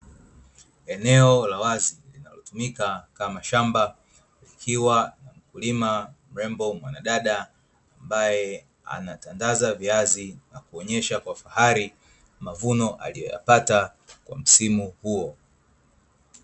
Eneo la wazi liinalotumika kama shamba likiwa na mkulima mrembo, mwanadada ambaye anatandaza viazi na kuonyesha kwa fahari mavuno aliyoyapata kwa msimu huo.